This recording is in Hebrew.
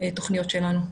התוכניות שלנו.